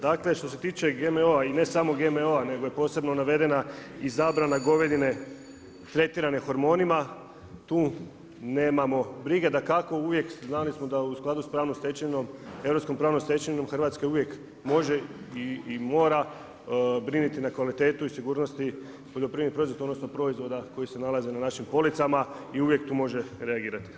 Dakle što se tiče GMO-a i ne samo GMO-a nego je posebno navedena i zabrana govedine tretirane hormonima tu nemamo brige, dakako uvijek znali smo da u skladu sa pravnom stečevinom, europskom pravnom stečevinom Hrvatska uvijek može i mora brinuti na kvaliteti i sigurnosti poljoprivrednih proizvoda odnosno proizvoda koji se nalaze na našim policama i uvijek tu može reagirati.